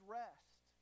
rest